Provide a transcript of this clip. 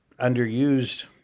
underused